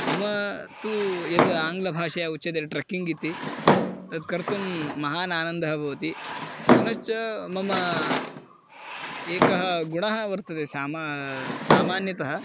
मम तु यद् आङ्ग्लभाषया उच्यते ट्रक्किङ्ग् इति तत् कर्तुं महान् आनन्दः भवति पुनश्च मम एकः गुणः वर्तते समः सामान्यतः